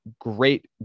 great